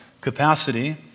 capacity